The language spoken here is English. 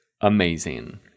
amazing